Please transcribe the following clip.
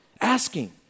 asking